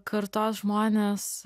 kartos žmonės